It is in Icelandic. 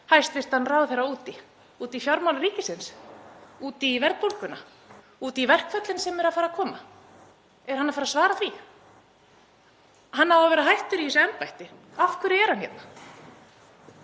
hæstv. ráðherra út í? Út í fjármál ríkisins? Út í verðbólguna? Út í verkföllin sem eru að fara að koma? Er hann að fara að svara því? Hann á að vera hættur í þessu embætti. Af hverju er hann hérna?